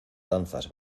danzas